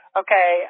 okay